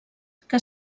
que